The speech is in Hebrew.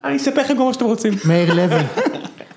אני אספר לכם את כל מה שאתם רוצים. מאיר לבר.